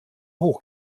hoch